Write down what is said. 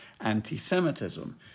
anti-Semitism